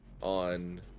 on